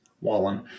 Wallen